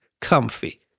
comfy